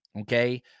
okay